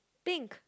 pink